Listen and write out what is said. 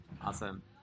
Awesome